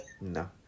no